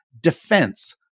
defense